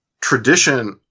tradition